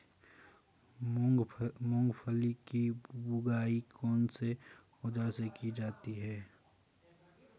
मूंगफली की बुआई कौनसे औज़ार से की जाती है?